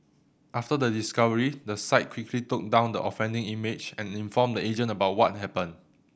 after the discovery the site quickly took down the offending image and informed the agent about what happened